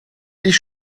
ich